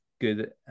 good